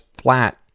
flat